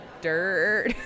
dirt